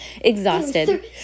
exhausted